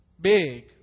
big